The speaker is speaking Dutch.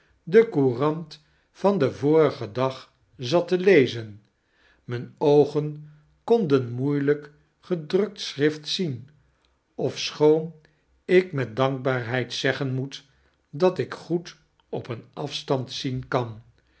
de courant van den vorigen dag zat te lezen mjjne oogen konden moeilyk gedrukt schrift zien ofschoon ik met dankbaarheid zeggen moet dat ik goed op een afstand zien kad